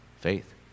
faith